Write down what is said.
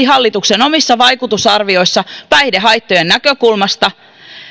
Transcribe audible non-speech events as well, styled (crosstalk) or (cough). (unintelligible) hallituksen omissa vaikutusarvioissa tämä lakiesitys yksiselitteisesti päihdehaittojen näkökulmasta